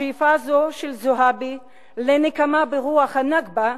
השאיפה הזו של זועבי לנקמה ברוח ה"נכבה"